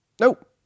nope